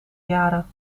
jaren